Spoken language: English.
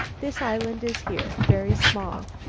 this island is here, very small.